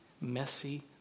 messy